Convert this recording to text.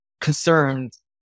concerns